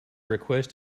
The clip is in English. request